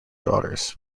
daughters